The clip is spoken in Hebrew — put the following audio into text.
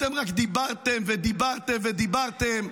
אתם רק דיברתם ודיברתם ודיברתם.